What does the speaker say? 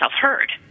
heard